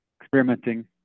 experimenting